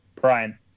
Brian